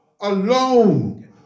alone